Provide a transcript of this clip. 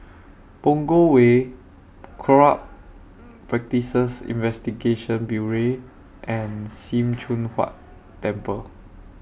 Punggol Way Corrupt Practices Investigation Bureau and SIM Choon Huat Temple